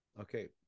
Okay